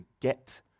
get